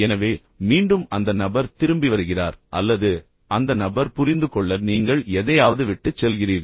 எனவே மீண்டும் அந்த நபர் திரும்பி வருகிறார் அல்லது அந்த நபர் புரிந்துகொள்ள நீங்கள் எதையாவது விட்டுச் செல்கிறீர்கள்